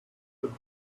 could